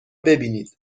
ببینید